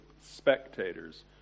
spectators